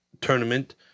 tournament